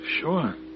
Sure